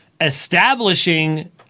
Establishing